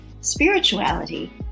spirituality